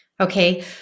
Okay